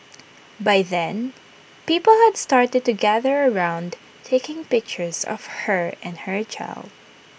by then people had started to gather around taking pictures of her and her child